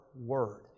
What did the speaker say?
word